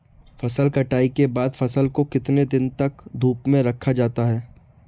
फसल कटाई के बाद फ़सल को कितने दिन तक धूप में रखा जाता है?